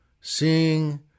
seeing